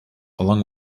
along